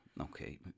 Okay